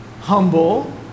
humble